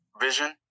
vision